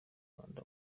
rwanda